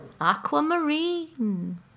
aquamarine